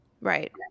Right